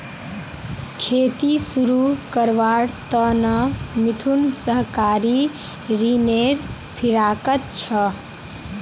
खेती शुरू करवार त न मिथुन सहकारी ऋनेर फिराकत छ